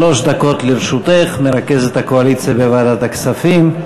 שלוש דקות לרשותך, מרכזת הקואליציה בוועדת הכספים.